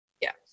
Yes